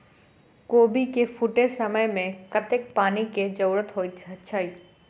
कोबी केँ फूटे समय मे कतेक पानि केँ जरूरत होइ छै?